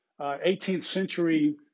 18th-century